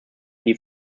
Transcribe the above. die